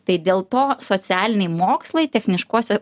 tai dėl to socialiniai mokslai techniškuose